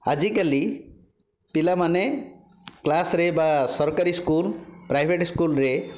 ଆଜିକାଲି ପିଲାମାନେ କ୍ଲାସ୍ରେ ବା ସରକାରୀ ସ୍କୁଲ ପ୍ରାଇଭେଟ ସ୍କୁଲରେ